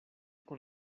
con